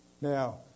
Now